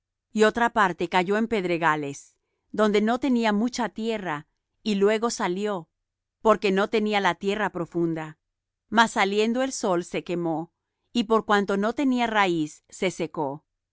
y otra parte cayó en pedregales donde no tenía mucha tierra y luego salió porque no tenía la tierra profunda mas salido el sol se quemó y por cuanto no tenía raíz se secó